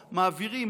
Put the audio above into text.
מעבירים,